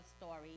story